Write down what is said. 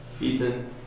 Ethan